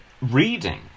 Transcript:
reading